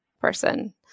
person